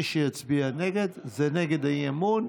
מי שיצביע נגד, זה נגד האי-אמון.